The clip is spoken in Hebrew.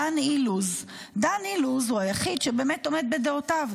דן אילוז הוא היחיד שבאמת עומד בדעותיו.